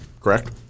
correct